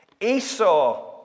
Esau